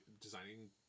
designing